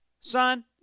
son